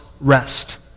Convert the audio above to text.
rest